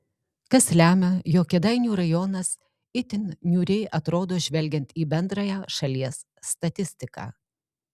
kas lemia jog kėdainių rajonas itin niūriai atrodo žvelgiant į bendrąją šalies statistiką